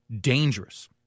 dangerous